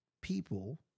people